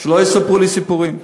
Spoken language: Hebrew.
שלא יספרו לי סיפורים.